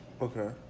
Okay